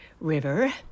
River